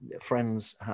friends